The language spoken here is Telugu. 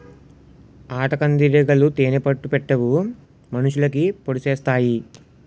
ఆటకందిరీగలు తేనే పట్టు పెట్టవు మనుషులకి పొడిసెత్తాయి